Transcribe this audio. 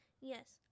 Yes